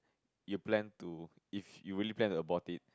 you plan to if you really plan to abort it